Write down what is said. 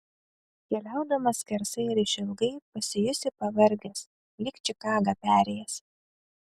keliaudamas skersai ir išilgai pasijusi pavargęs lyg čikagą perėjęs